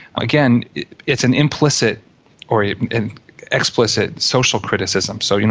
again it's an implicit or an explicit social criticism. so, you know,